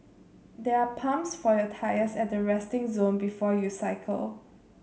there are pumps for your tyres at the resting zone before you cycle